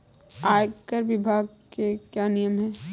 आयकर विभाग के क्या नियम हैं?